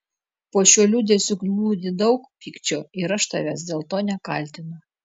po šiuo liūdesiu glūdi daug pykčio ir aš tavęs dėl to nekaltinu